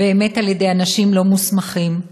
בידי אנשים לא מוסמכים.